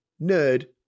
nerd